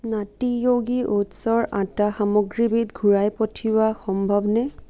নাটী য়োগী ওটছৰ আটা সামগ্ৰীবিধ ঘূৰাই পঠিওৱা সম্ভৱ নে